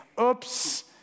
oops